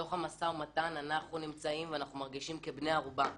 בתוך המשא-ומתן אנחנו נמצאים ואנחנו מרגישים כבני ערובה,